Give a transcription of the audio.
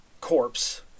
corpse